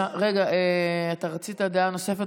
רגע, אתה רצית דעה נוספת?